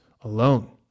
alone